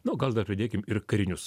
nu gal dar pridėkim ir karinius